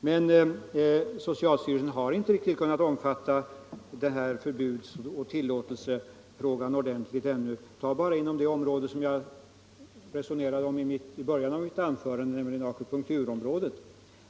Men socialstyrelsen har ännu inte kunnat klara förbuds och tillåtelsefrågan ordentligt. Ta bara det område som jag talade om i början av mitt anförande, akupunkturområdet!